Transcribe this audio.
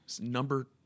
number